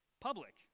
public